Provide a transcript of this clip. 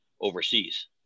overseas